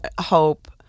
Hope